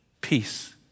peace